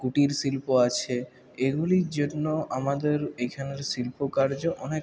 কুটিরশিল্প আছে এগুলির জন্য আমাদের এখানের শিল্পকার্য অনেক